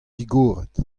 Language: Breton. digoret